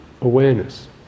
awareness